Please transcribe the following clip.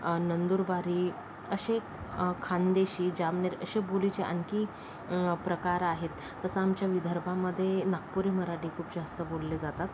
नंदुरबारी असे खान्देशी जामनेर अशी बोलीची आणखी प्रकार आहेत तसं आमच्या विदर्भामध्ये नागपुरी मराठी खूप जास्त बोलले जातात